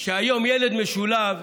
שהיום ילד משולב,